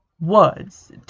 words